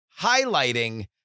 highlighting